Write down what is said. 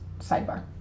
sidebar